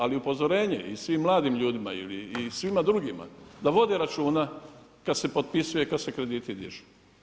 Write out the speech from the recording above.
Ali upozorenje i svim mladim ljudima i svima drugima da vode računa kada se potpisuje, kada se krediti dižu.